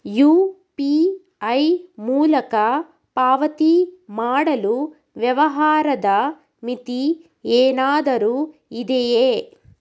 UPI ಮೂಲಕ ಪಾವತಿ ಮಾಡಲು ವ್ಯವಹಾರದ ಮಿತಿ ಏನಾದರೂ ಇದೆಯೇ?